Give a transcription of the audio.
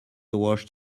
washed